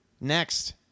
next